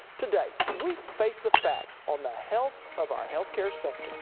today, we face the facts on the health of our health care sector.